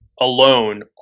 alone